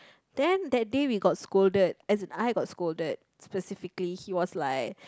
then that day we got scolded as in I got scolded specifically he was like